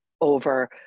over